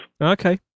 Okay